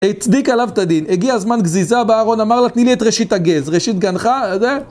הצדיק עליו את הדין, הגיע הזמן גזיזה בארון, אמר לה תני לי את ראשית הגז, ראשית גנחה, זה?